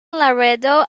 laredo